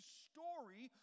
story